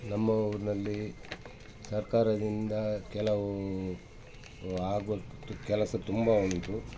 ನಮ್ಮ ಊರಿನಲ್ಲಿ ಸರ್ಕಾರದಿಂದ ಕೆಲವು ಆಗೋತ್ ಕೆಲಸ ತುಂಬ ಉಂಟು